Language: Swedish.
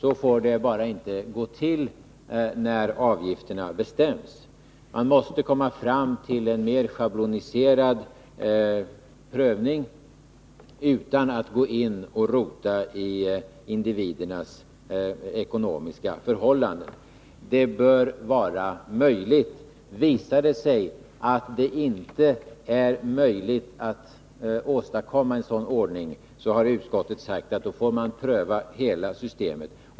Så får det bara inte gå till när avgifterna bestäms. Man måste komma fram till en mer schabloniserad prövning utan att gå in och rota i individernas ekonomiska förhållanden. Det bör vara möjligt. Visar det sig att det inte är möjligt att åstadkomma en sådan ordning, har utskottet sagt att man får pröva hela systemet.